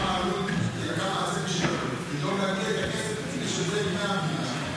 מה העלות ומה הצפי של העלות,